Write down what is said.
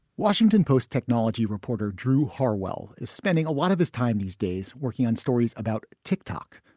washington post technology reporter drew harwell is spending a lot of his time these days working on stories about tick-tock,